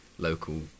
Local